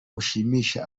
bashimisha